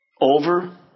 over